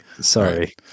Sorry